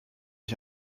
ich